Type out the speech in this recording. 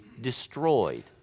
destroyed